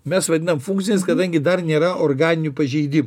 mes vadinam funkciniais kadangi dar nėra organinių pažeidimų